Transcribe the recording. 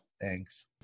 Thanks